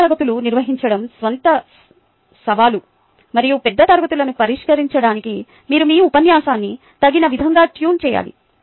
పెద్ద తరగతులు నిర్వహించడం స్వంత సవాలు మరియు పెద్ద తరగతులను పరిష్కరించడానికి మీరు మీ ఉపన్యాసాన్ని తగిన విధంగా ట్యూన్ చేయాలి